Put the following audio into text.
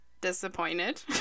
disappointed